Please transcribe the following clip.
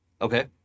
Okay